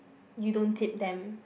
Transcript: you don't tip them